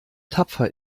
tapfer